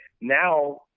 now